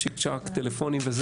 צ'יק-צ'אק טלפונים.